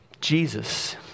Jesus